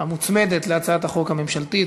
המוצמדת להצעת החוק הממשלתית.